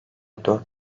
dört